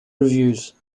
reviews